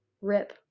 RIP